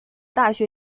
大学